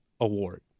award